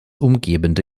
umgebende